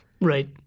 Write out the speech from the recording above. Right